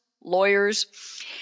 lawyers